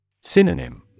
Synonym